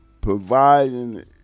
providing